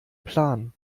plan